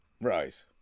Right